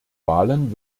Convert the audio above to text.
wahlen